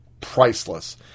priceless